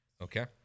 Okay